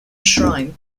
shrine